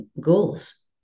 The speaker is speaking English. goals